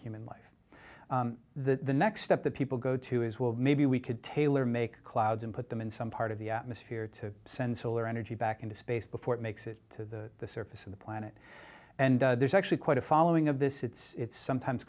human life the next step that people go to as well maybe we could tailor make clouds and put them in some part of the atmosphere to send solar energy back into space before it makes it to the surface of the planet and there's actually quite a following of this it's sometimes